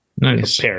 Nice